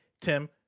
Tim